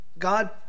God